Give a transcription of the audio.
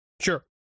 Sure